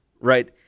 right